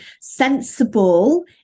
sensible